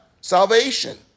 salvation